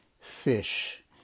fish